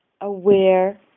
aware